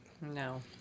No